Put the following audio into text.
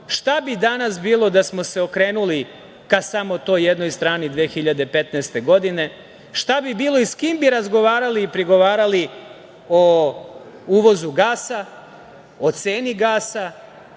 šta bi danas bilo da smo se okrenuli ka samo toj jednoj strani 2015. godine, šta bi bilo i sa kim bi razgovarali i pregovarali o uvozu gasa, o ceni gasa